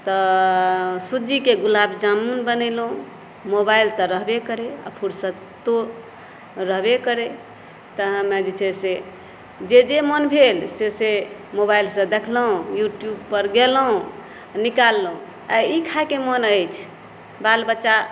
तऽ सूजीक गुलाबजामुन बनेलहुँ मोबाइल तऽ रहबे करै फ़ुरसतो रहबे करै तऽ एहिमे जे छै से जे जे मोन भेल से तऽ सूजीके गुलाबजामुन बनेलहुँ मोबाइल तऽ रहबे करै फ़ुरसतो रहबे करै तऽ एहिमे जे छै से जे जे मोन भेल से से मोबाइलसँ देखलहुँ यूट्यूब पर गेलहुँ निकाललहुॅं आइ ई खायक मोन अछि बाल बच्चा